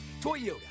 Toyota